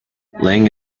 lang